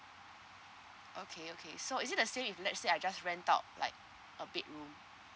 okay okay so is it the same if let's say I just rent out like a bedroom